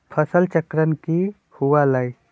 फसल चक्रण की हुआ लाई?